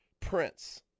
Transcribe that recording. Prince